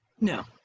No